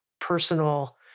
personal